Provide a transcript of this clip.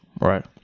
right